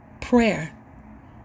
prayer